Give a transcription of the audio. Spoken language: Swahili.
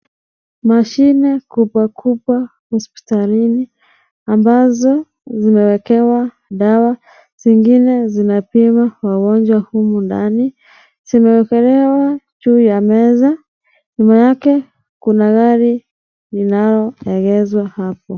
Mashine kubwa kubwa hospitalini ambazo zimewekewa dawa zingine zinapima wagonjwa humu ndani zimewekelewa juu ya meza nyuma yake kuna gari linaloegezwa hapo.